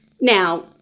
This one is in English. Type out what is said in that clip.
Now